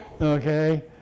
Okay